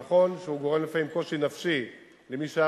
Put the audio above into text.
שנכון שהוא גורם לפעמים קושי נפשי למי שהיה